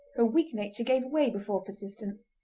her weak nature gave way before persistence,